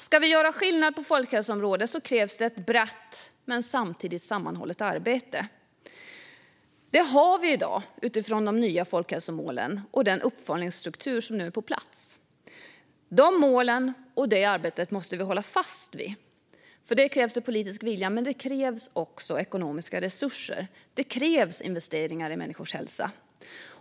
Ska vi göra skillnad på folkhälsoområdet krävs ett brett men samtidigt sammanhållet arbete. Det har vi i dag utifrån de nya folkhälsomålen och den uppföljningsstruktur som nu är på plats. De målen och det arbetet måste vi hålla fast vid. För detta krävs politisk vilja, men det krävs också ekonomiska resurser och investeringar i människors hälsa.